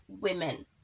Women